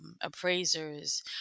appraisers